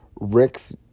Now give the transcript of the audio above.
Rick's